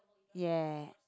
ya